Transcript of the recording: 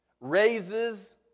raises